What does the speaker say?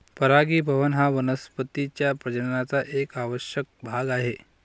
परागीभवन हा वनस्पतीं च्या प्रजननाचा एक आवश्यक भाग आहे